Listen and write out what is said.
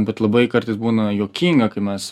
bet labai kartais būna juokinga kai mes